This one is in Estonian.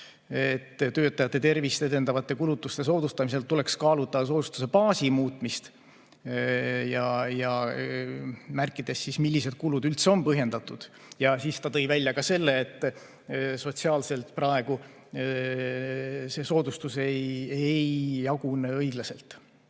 et töötajate tervist edendavate kulutuste soodustamisel tuleks kaaluda soodustuse baasi muutmist, märkides siis, millised kulud üldse on põhjendatud. Ta tõi välja ka selle, et sotsiaalselt praegu see soodustus ei jagune õiglaselt.